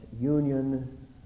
union